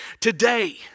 Today